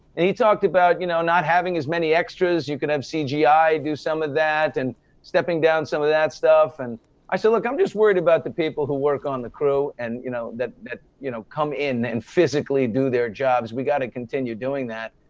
and he talked about you know not having as many extras. you could have cgi do some of that, and stepping down some of that stuff. i said, look, i'm just worried about the people who work on the crew and you know that that you know come in and physically do their jobs. we gotta continue doing that.